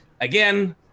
Again